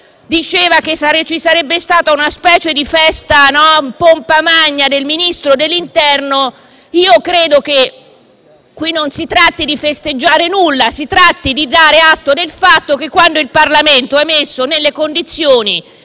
riportava che ci sarebbe stata una specie di festa in pompa magna del Ministro dell'interno. Io credo che qui si tratti non di festeggiare nulla, ma di dare atto del fatto che, quando il Parlamento è messo nelle condizioni